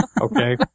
Okay